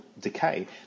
decay